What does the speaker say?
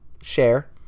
Share